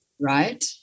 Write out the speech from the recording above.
Right